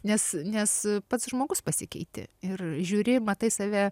nes nes pats žmogus pasikeiti ir žiūri matai save